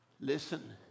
listen